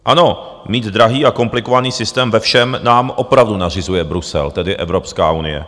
Ano, mít drahý a komplikovaný systém ve všem nám opravdu nařizuje Brusel, tedy Evropská unie.